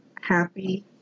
happy